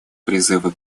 призывы